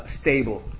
stable